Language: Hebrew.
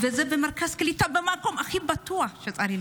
וזה במרכז הקליטה, שצריך להיות הכי בטוח.